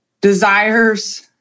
desires